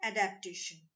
Adaptation